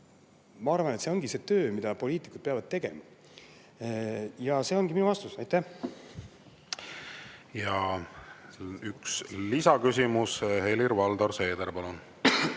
Ma arvan, et see ongi see töö, mida poliitikud peavad tegema. Ja see ongi minu vastus. Ja üks lisaküsimus. Helir-Valdor Seeder, palun!